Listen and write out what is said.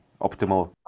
optimal